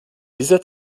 dieser